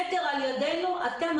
מטר לידנו אתם,